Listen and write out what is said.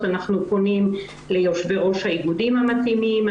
אנחנו פונים ליושבי ראש האיגודים המתאימים,